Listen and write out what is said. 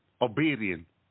Obedience